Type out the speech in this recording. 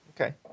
Okay